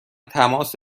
تماس